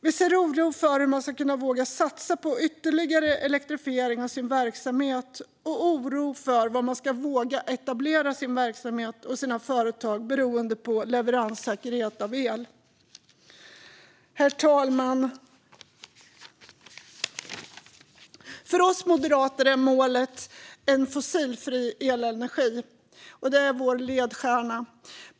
Vi ser oro över hur man ska våga satsa på ytterligare elektrifiering av sin verksamhet och oro över var man ska våga etablera sin verksamhet och sina företag beroende på leveranssäkerhet av el. Herr talman! För oss moderater är målet en fossilfri elenergi. Det är vår ledstjärna.